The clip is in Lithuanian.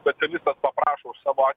specialistas paprašo už savo